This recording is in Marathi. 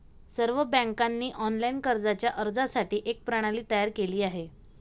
सर्व बँकांनी ऑनलाइन कर्जाच्या अर्जासाठी एक प्रणाली तयार केली आहे